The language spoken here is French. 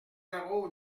zéro